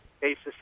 basis